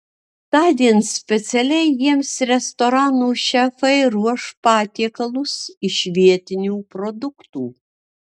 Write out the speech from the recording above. tądien specialiai jiems restoranų šefai ruoš patiekalus iš vietinių produktų